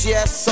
Yes